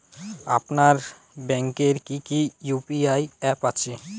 আপনার ব্যাংকের কি কি ইউ.পি.আই অ্যাপ আছে?